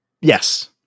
Yes